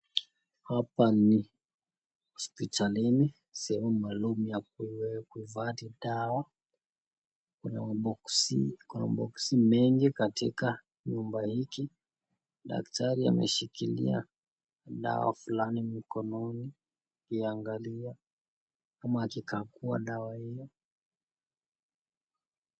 Hapa ni hospitalini sehemu maalumu ya kuwekwa watu dawa, kuna boksii mengi katika chumba hiki, daktari ameshikulia dawa fulani mkononi akiangalia ama akikagua dawa hiyo.